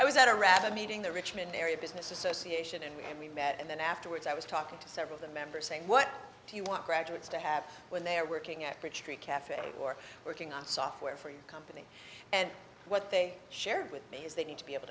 i was at a rabbi meeting the richmond area business association and we met and then afterwards i was talking to several the members saying what do you want graduates to have when they are working at cafe or working on software for your company and what they shared with me is they need to be able